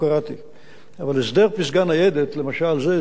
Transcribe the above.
אבל הסדר פסגה ניידת למשל זה הסדר שאומר